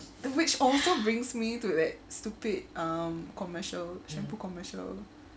which also brings me to that stupid um commercial shampoo commercial